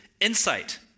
insight